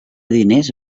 diners